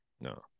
No